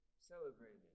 celebrated